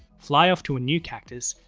fly off to a new cactus,